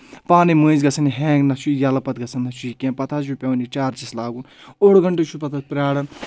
پانے مٔنٛزۍ گژھان ہینٛگ نہ چھُ یَلہٕ پَتہٕ گژھان نہ چھُ یہِ کینٛہہ پَتہٕ حظ چھُ پؠوَان یہِ چارجِس لاگُن اوٚڑ گَنٹہٕ چھُ پَتہٕ اَتھ پیارُن